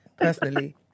personally